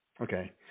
Okay